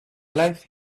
life